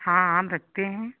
हाँ आम रखते हैं